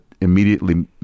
immediately